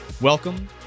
Welcome